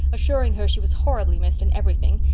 assuring her she was horribly missed in everything,